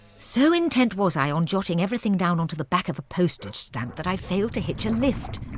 so intent was i on jotting everything down onto the back of a postage stamp that i failed to hitch a lift.